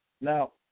Now